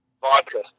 vodka